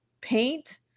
paint